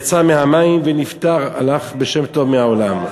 יצא מהמים ונפטר, הלך בשם טוב מהעולם.